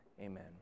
amen